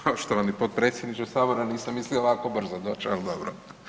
Poštovani potpredsjedniče Sabora nisam mislio ovako brzo doć, al dobro.